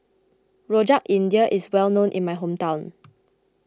Rojak India is well known in my hometown